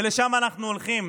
ולשם אנחנו הולכים.